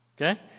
Okay